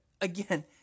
again